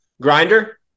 grinder